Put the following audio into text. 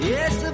Yes